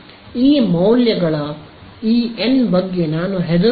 ಈ ಮೌಲ್ಯಗಳ ಈ ಎನ್ ಬಗ್ಗೆ ನಾನು ಹೆದರುವುದಿಲ್ಲ